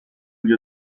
gli